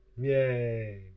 yay